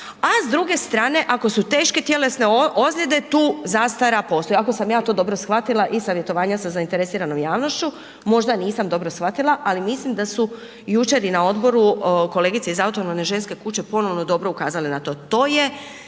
a s druge strane ako su teške tjelesne ozljede tu zastara postoji, ako sam ja to dobro shvatila iz savjetovanja sa zainteresiranom javnošću. Možda nisam dobro shvatila, ali mislim da su jučer i na odboru kolegice iz Autonomne ženske kuće ponovno dobro ukazale na to.